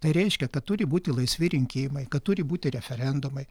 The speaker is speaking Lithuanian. tai reiškia kad turi būti laisvi rinkimai kad turi būti referendumai